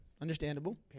Understandable